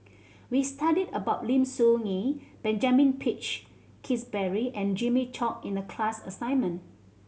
we studied about Lim Soo Ngee Benjamin Peach Keasberry and Jimmy Chok in the class assignment